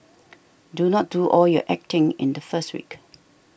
do not do all your acting in the first week